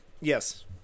Yes